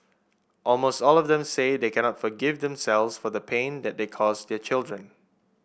almost all of them say they cannot forgive themselves for the pain that they cause their children